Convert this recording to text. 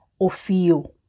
Ofio